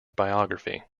biography